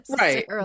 right